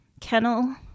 Kennel